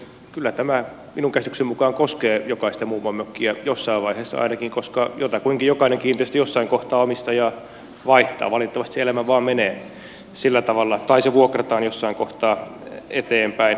kyllä tämä minun käsitykseni mukaan koskee jokaista mummonmökkiä ainakin jossain vaiheessa koska jotakuinkin jokainen kiinteistö jossain kohtaa omistajaa vaihtaa valitettavasti se elämä vain menee sillä tavalla tai se vuokrataan jossain kohtaa eteenpäin